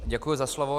Děkuji za slovo.